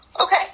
Okay